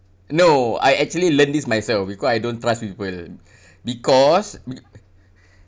no I actually learned this myself because I don't trust people because be~